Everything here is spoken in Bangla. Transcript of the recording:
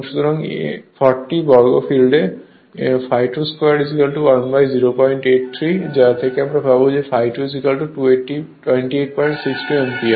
সুতরাং 40 বর্গ ফিল্ড ∅2² 1 083 যা থেকে আমরা পাব ∅ 2 2862 অ্যাম্পিয়ার